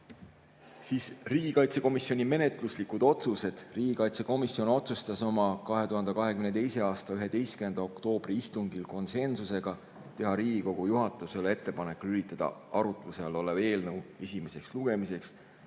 üle. Riigikaitsekomisjoni menetluslikud otsused. Riigikaitsekomisjon tegi oma 2022. aasta 11. oktoobri istungil konsensusega otsuse teha Riigikogu juhatusele ettepanek lülitada arutluse all olev eelnõu esimeseks lugemiseks